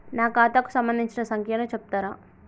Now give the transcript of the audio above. నా ఖాతా కు సంబంధించిన సంఖ్య ను చెప్తరా?